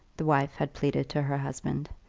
the wife had pleaded to her husband.